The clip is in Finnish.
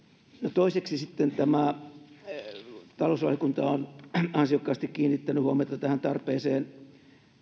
toiseksi sitten talousvaliokunta on ansiokkaasti kiinnittänyt huomiota tähän tarpeeseen